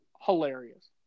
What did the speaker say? hilarious